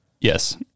Yes